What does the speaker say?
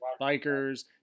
bikers